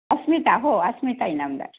अस्मिता हो अस्मिता इनामदार